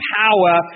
power